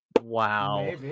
Wow